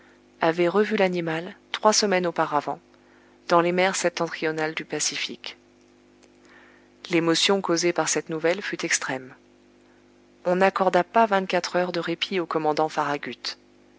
avait revu l'animal trois semaines auparavant dans les mers septentrionales du pacifique l'émotion causée par cette nouvelle fut extrême on n'accorda pas vingt-quatre heures de répit au commandant farragut